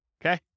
Okay